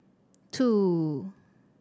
two